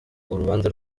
urubanza